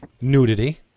nudity